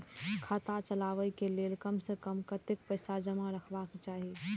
खाता चलावै कै लैल कम से कम कतेक पैसा जमा रखवा चाहि